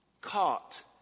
Caught